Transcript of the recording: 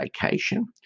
vacation